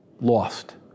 lost